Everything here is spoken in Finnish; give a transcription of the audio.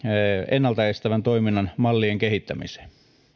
ennalta estävän toiminnan mallien kehittämiseen